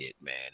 man